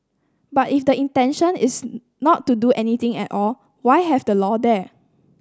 but if the intention is not do anything at all why have the law there